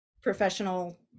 professional